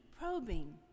probing